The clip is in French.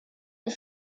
est